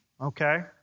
Okay